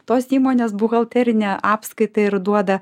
tos įmonės buhalterinę apskaitą ir duoda